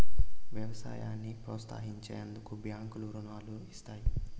వ్యవసాయాన్ని ప్రోత్సహించేందుకు బ్యాంకులు రుణాలను ఇస్తాయి